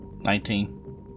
Nineteen